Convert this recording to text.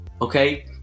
okay